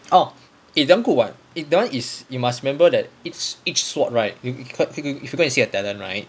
oh it's damn good [what] eh that [one] is you must remember that each each sword right if you if you go and see the talent right